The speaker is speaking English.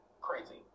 crazy